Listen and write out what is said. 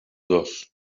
dos